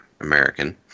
American